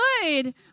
good